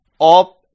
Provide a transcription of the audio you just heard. up